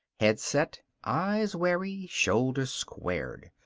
head set, eyes wary, shoulders squared.